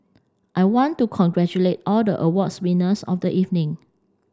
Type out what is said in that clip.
I want to congratulate all the awards winners of the evening